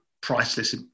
priceless